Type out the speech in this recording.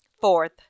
Fourth